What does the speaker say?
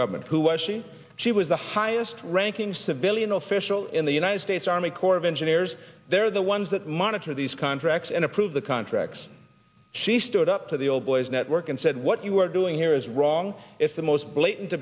government who actually she was the highest ranking civilian official in the united states army corps of engineers they're the ones that monitor these contracts and approve the contracts she stood up to the old boys network and said what you are doing here is wrong it's the most blatant